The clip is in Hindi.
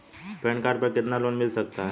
पैन कार्ड पर कितना लोन मिल सकता है?